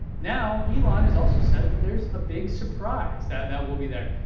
now elon has also said that there's a big surprise that that will be there.